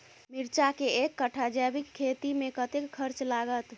मिर्चा केँ एक कट्ठा जैविक खेती मे कतेक खर्च लागत?